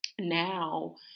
now